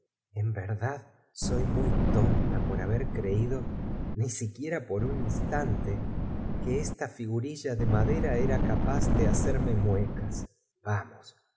en verdad so muy tonta por babet heridas creído ni siquiera por un instante que parecía que el cascanueces sufría mu esta figurilla de madera era capaz de hacho y que estaba muy descontento cerme muecas vamos